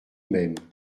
même